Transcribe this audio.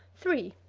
three.